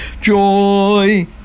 joy